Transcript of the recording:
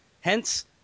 Hence